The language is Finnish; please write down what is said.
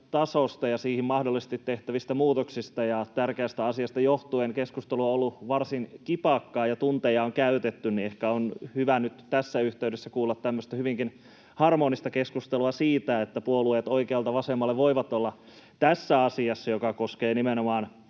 tasosta ja siihen mahdollisesti tehtävistä muutoksista ja kun tärkeästä asiasta johtuen keskustelu on ollut varsin kipakkaa ja tunteja on käytetty, ehkä on hyvä nyt kuulla tämmöistä hyvinkin harmonista keskustelua siitä, että puolueet oikealta vasemmalle voivat olla tässä asiassa, joka koskee nimenomaan